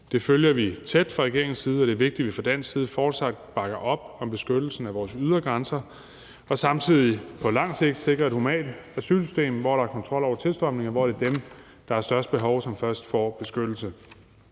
Det følger vi tæt fra regeringens side, og det er vigtigt, at vi fra dansk side fortsat bakker op om beskyttelsen af vores ydre grænser og samtidig på lang sigt sikrer et humant asylsystem, hvor der er kontrol over tilstrømningen, og hvor det er dem, der har det største behov, som først får beskyttelsen.